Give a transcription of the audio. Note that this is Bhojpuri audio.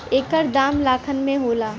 एकर दाम लाखन में होला